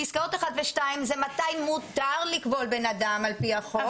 פסקאות (1) ו-(2) אומרות מתי מותר לכבול בן אדם על פי החוק.